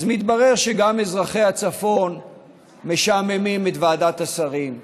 אז מתברר שגם אזרחי הצפון משעממים את ועדת השרים.